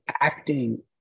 acting